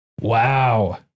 Wow